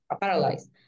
paralyzed